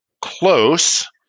close